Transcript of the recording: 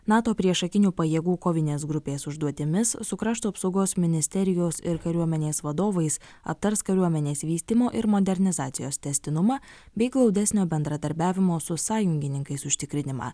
nato priešakinių pajėgų kovinės grupės užduotimis su krašto apsaugos ministerijos ir kariuomenės vadovais aptars kariuomenės vystymo ir modernizacijos tęstinumą bei glaudesnio bendradarbiavimo su sąjungininkais užtikrinimą